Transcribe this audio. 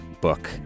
book